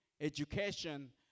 education